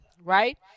Right